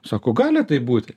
sako gali būt